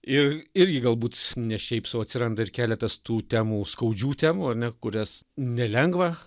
ir irgi galbūt ne šiaip sau atsiranda ir keletas tų temų skaudžių temų ar ne kurias nelengva